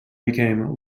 became